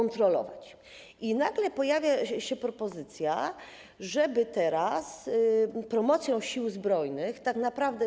Nagle pojawia się propozycja, żeby teraz promocją Sił Zbrojnych tak naprawdę.